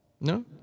No